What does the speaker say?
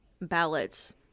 ballots